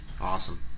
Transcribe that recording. Awesome